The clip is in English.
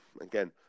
again